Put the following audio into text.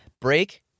Break